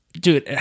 dude